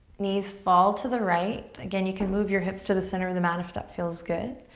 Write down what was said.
knees fall to the right. again you can move your hips to the center of the mat if that feels good.